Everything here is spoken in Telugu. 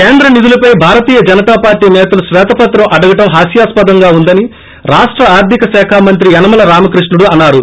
కేంద్ర నిధులపై భారతీయ జనతాపార్టీ నేతలు శ్వేతపత్రం అడగటం హాస్పాస్పదంగా ఉందని రాష్ట ఆర్థిక శాఖ మంత్రి యనమల రామకృష్ణుడు అన్నారు